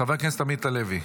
חבר הכנסת עמית הלוי.